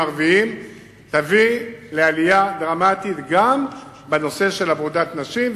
הערביים תביא לעלייה דרמטית גם בנושא של עבודת נשים,